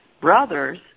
brothers